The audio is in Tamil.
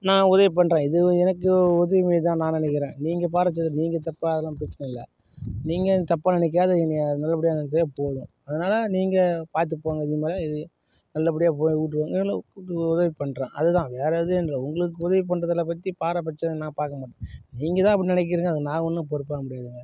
நான் உதவி பண்ணுறேன் இது எனக்கு உதவி மாரிதான் நான் நினைக்கிறேன் நீங்கள் பார்த்தது நீங்கள் தப்பாக அதெல்லாம் பிரச்சனை இல்லை நீங்கள் எதுவும் தப்பாக நினைக்காத என்னையை நல்லபடியாக நினச்சாலே போதும் அதனால் நீங்கள் பார்த்து போங்க இது மாதிரி நல்லபடியாக போய் உதவி பண்ணுறேன் அதுதான் வேற எதுவும் இல்லை உங்களுக்கு உதவி பண்றதில் பற்றி பாரபட்சம் நான் பார்க்க மாட்டேன் நீங்கள்தான் அப்படி நினைக்கிறீங்க அதுக்கு நான் ஒன்றும் பொறுப்பாக முடியாதுங்க